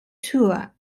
tour